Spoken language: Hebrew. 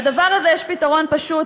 לדבר הזה יש פתרון פשוט,